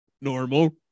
Normal